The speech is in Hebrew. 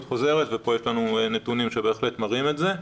חוזרת ופה יש לנו נתונים שבהחלט מראים את זה.